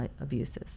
abuses